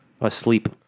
Asleep